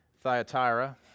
Thyatira